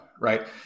right